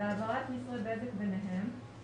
והעברת מסרי בזק ביניהם,